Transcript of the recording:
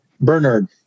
Bernard